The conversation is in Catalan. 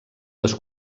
les